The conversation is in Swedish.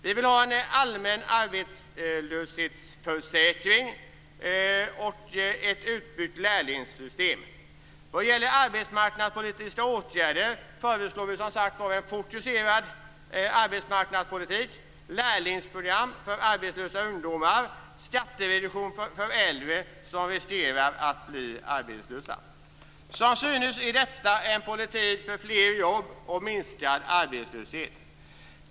Vi vill ha en allmän arbetslöshetsförsäkring och ett utbyggt lärlingssystem. Vad gäller arbetsmarknadspolitiska åtgärder föreslår vi som sagt en fokuserad arbetsmarknadspolitik, lärlingsprogram för arbetslösa ungdomar och skattereduktion för äldre som riskerar att bli arbetslösa. Som synes är detta en politik för fler jobb och minskad arbetslöshet.